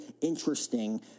interesting